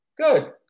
Good